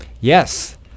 Yes